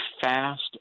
fast